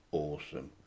awesome